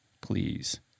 please